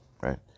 right